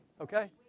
Okay